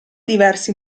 diversi